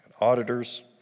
auditors